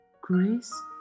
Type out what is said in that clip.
grace